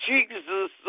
Jesus